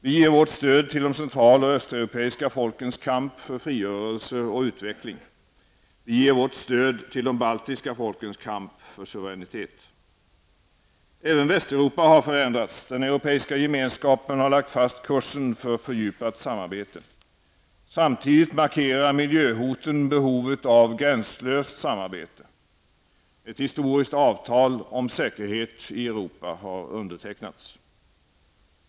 Vi ger vårt stöd till de central och östeuropeiska folkens kamp för frigörelse och utveckling. Vi ger vårt stöd till de baltiska folkens kamp för suveränitet. Även Västeuropa har förändrats. Europeiska Gemenskapen har lagt fast kursen för fördjupat samarbete. Samtidigt markerar miljöhoten behovet av gränslöst samarbete. Ett historiskt avtal om säkerhet i Europa har undertecknats.